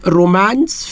romance